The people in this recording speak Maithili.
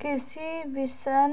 कृषि विपणन